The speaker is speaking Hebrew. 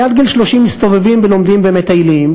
כי עד גיל 30 מסתובבים ולומדים ומטיילים,